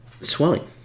swelling